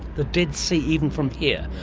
the dead sea, even from here?